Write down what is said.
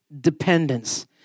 dependence